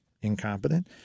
incompetent